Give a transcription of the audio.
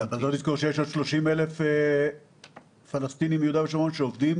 צריך לזכור שיש עוד 30,000 פלסטינים מיהודה ושומרון שעובדים